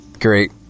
great